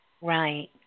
Right